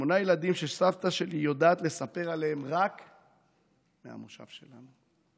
שמונה ילדים שסבתא שלי יודעת לספר עליהם רק מהמושב שלנו.